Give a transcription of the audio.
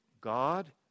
God